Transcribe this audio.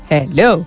Hello